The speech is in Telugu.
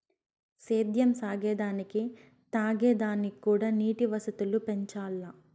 సేద్యం సాగే దానికి తాగే దానిక్కూడా నీటి వసతులు పెంచాల్ల